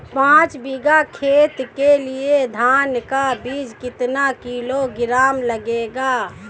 पाँच बीघा खेत के लिये धान का बीज कितना किलोग्राम लगेगा?